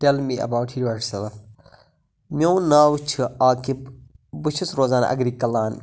tell me about yourself میون ناو چھُ عاقِب بہٕ چھُس روزان اٮ۪گرِکلان